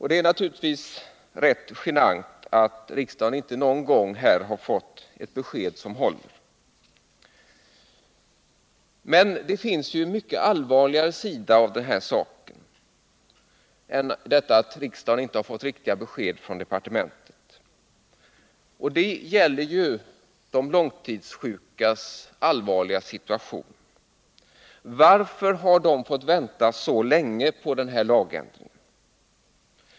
Det är naturligtvis ganska genant att riksdagen inte någon gång har fått ett besked som har hållit. Men det finns en mycket allvarligare sida av denna sak, och det är de långtidssjukas svåra situation. Varför har de fått vänta så länge på denna lagändring?